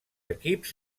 equips